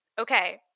okay